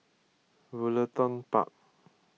Woollerton Park